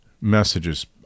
messages